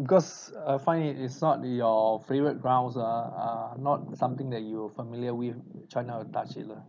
because I find it it's not your favourite grounds ah not something that you familiar with try not to touch it lah